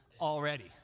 already